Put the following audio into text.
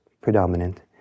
predominant